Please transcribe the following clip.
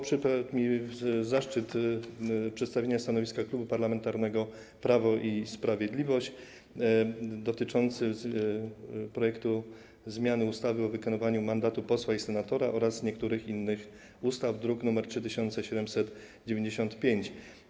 Przypadł mi zaszczyt przedstawienia stanowiska Klubu Parlamentarnego Prawo i Sprawiedliwość w sprawie projektu ustawy o zmianie ustawy o wykonywaniu mandatu posła i senatora oraz niektórych innych ustaw, druk nr 3795.